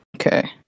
Okay